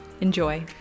Enjoy